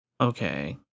Okay